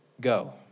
Go